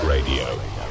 Radio